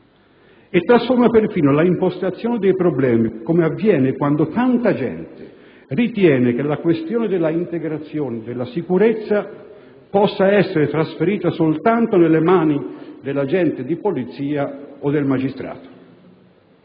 e trasforma persino l'impostazione dei problemi, come avviene quando tanta gente ritiene che le questioni dell'integrazione e della sicurezza possano essere trasferite soltanto nelle mani dell'agente di polizia o del magistrato.